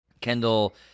Kendall